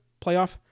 playoff